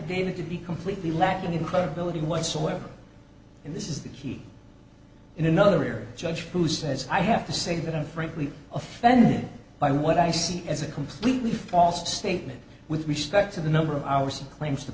affidavit to be completely lacking in credibility whatsoever in this is the key in another area judge who says i have to say that i'm frankly offended by what i see as a completely false statement with respect to the number of hours and claims to